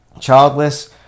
childless